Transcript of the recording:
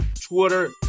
Twitter